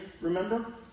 remember